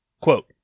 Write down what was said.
quote